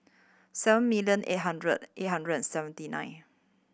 seven million eight hundred eight hundred and seventy nine